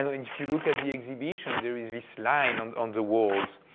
if you look at the exhibition, there is this line on, on the walls.